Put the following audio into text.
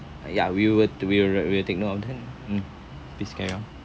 ya we would we will will take note on that um please carry on